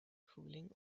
cooling